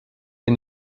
est